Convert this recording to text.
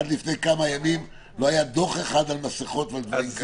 עד לפני כמה ימים לא היה דוח אחד על מסכות ועל דברים כאלה.